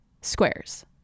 squares